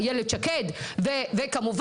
איילת שקד וכמובן,